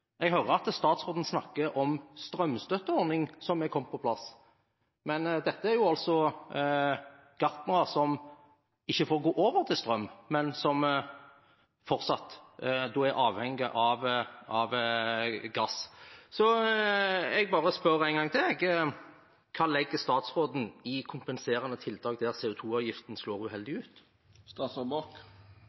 Jeg hører at statsråden snakker om en strømstøtteordning som er kommet på plass, men dette er altså gartnere som ikke får gå over til strøm, men som fortsatt er avhengige av gass. Så jeg spør en gang til: Hva legger statsråden i «kompenserende tiltak der CO 2 -avgiften slår uheldig ut»?